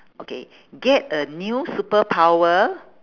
okay get a new superpower